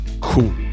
cool